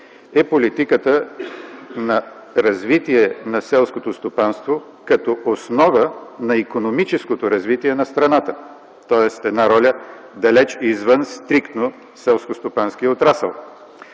е политиката на развитие на селското стопанство като основа на икономическото развитие на страната. Тоест една роля, далече извън стриктно селскостопански отрасъл.